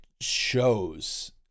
shows